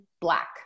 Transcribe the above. black